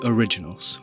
Originals